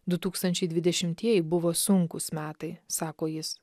du tūkstančiai dvidešimtieji buvo sunkūs metai sako jis